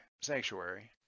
sanctuary